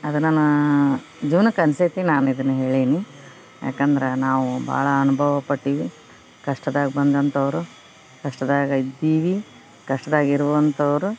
ಅದನ್ನ ನಾ ಜೀವ್ನಕ್ಕೆ ಅನ್ಸೈತಿ ನಾನು ಇದನ್ನ ಹೇಳಿನಿ ಯಾಕಂದ್ರ ನಾವು ಬಹಳ ಅನುಭವ ಪಟ್ಟೀವಿ ಕಷ್ಟದಾಗ ಬಂದಂತವ್ರು ಕಷ್ಟದಾಗ ಇದ್ದೀವಿ ಕಷ್ಟದಾಗ ಇರುವಂತೋವ್ರು